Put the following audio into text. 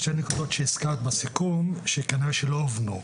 שתי נקודות שהזכרת בסיכום שכנראה שלא עברו,